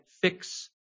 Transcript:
fix